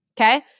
Okay